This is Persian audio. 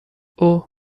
اوه